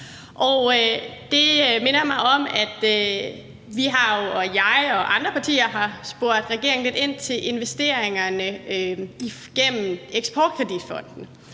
Det minder mig om, at jeg og mit parti og andre partier jo har spurgt regeringen lidt ind til investeringerne igennem Eksport Kredit Fonden,